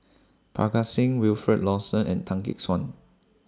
Parga Singh Wilfed Lawson and Tan Gek Suan